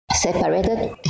separated